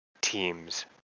teams